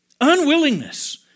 unwillingness